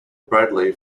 bradley